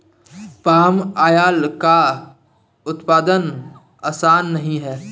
palm oil का उत्पादन आसान नहीं है